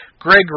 Greg